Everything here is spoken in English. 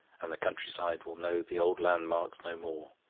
and the countryside will know the old landmarks no more.